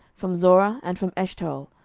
from zorah, and from eshtaol,